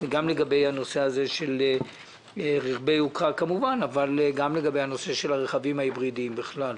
וגם לגבי רכבי יוקרה בכלל והרכבים ההיברידיים בפרט.